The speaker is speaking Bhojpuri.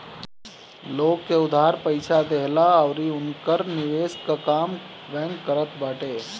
लोग के उधार पईसा देहला अउरी उनकर निवेश कअ काम बैंक करत बाटे